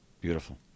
Beautiful